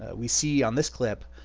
ah we see on this clip